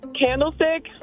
Candlestick